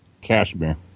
Cashmere